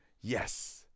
Yes